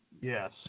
Yes